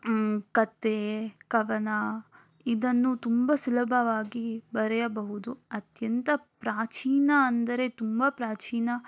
ಕತೆ ಕವನ ಇದನ್ನು ತುಂಬ ಸುಲಭವಾಗಿ ಬರೆಯಬಹುದು ಅತ್ಯಂತ ಪ್ರಾಚೀನ ಅಂದರೆ ತುಂಬ ಪ್ರಾಚೀನ